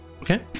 okay